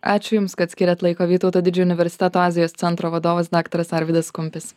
ačiū jums kad skyrėt laiko vytauto didžiojo universiteto azijos centro vadovas daktaras arvydas kumpis